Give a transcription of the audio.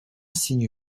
signe